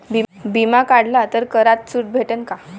बिमा काढला तर करात सूट भेटन काय?